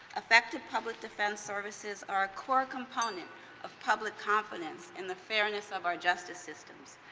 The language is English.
effective public defense services are a core component of public confidence in the fairness of our justice system's.